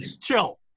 chill